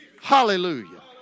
Hallelujah